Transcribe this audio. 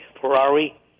Ferrari